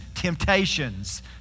temptations